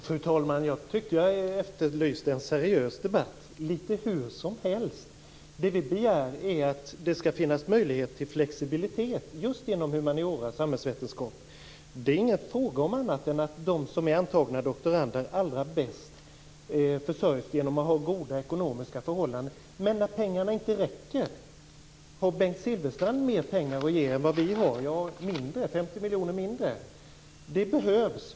Fru talman! Jag tyckte att jag efterlyste en seriös debatt. "Litet hur som helst"! Det vi begär är att det skall finnas möjlighet till flexibilitet just inom humaniora och samhällsvetenskap. Det är inte fråga om annat än att de som är antagna doktorander allra bäst försörjer sig genom att ha goda ekonomiska förhållanden. Men när pengarna inte räcker? Har Bengt Silfverstrand mer pengar att ge än vad vi har? Han har väl 50 miljoner mindre.